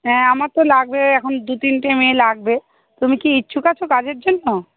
হ্যাঁ আমার তো লাগবে এখন দু তিনটে মেয়ে লাগবে তুমি কি ইচ্ছুক আছো কাজের জন্য